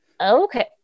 Okay